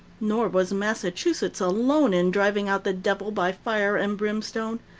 nor was massachusetts alone in driving out the devil by fire and brimstone.